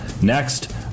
Next